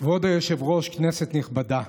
עד שלוש דקות לרשותך.